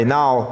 now